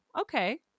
okay